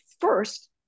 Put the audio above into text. first